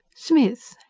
smith?